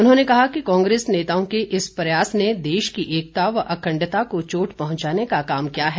उन्होंने कहा कि कांग्रेस नेताओं के इस प्रयास ने देश की एकता व अखण्डता को चोट पहुंचाने का काम किया है